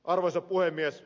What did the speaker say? arvoisa puhemies